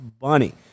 Bunny